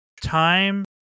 time